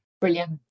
Brilliant